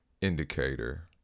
indicator